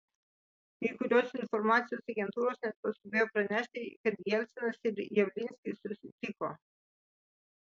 kai kurios informacijos agentūros net paskubėjo pranešti kad jelcinas ir javlinskis susitiko